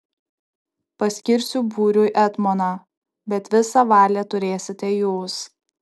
paskirsiu būriui etmoną bet visą valią turėsite jūs